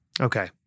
Okay